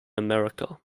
america